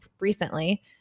recently